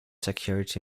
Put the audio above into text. security